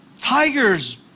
tigers